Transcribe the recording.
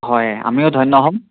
হয় আমিও ধন্য হ'ম